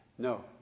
No